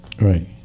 Right